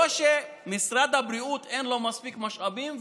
למשרד הבריאות אין מספיק משאבים,